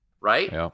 right